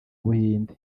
ubuhinde